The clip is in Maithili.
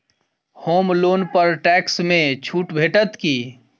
होम लोन पर टैक्स मे छुट भेटत की